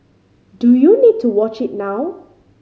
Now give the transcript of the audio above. do you need to watch it now